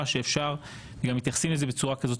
שאפשר וגם מתייחסים לזה בצורה כזאת,